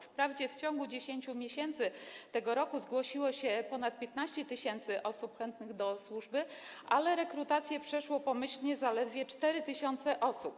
Wprawdzie w ciągu 10 miesięcy tego roku zgłosiło się ponad 15 tys. osób chętnych do służby, ale rekrutację przeszło pomyślnie zaledwie 4 tys. osób.